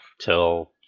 till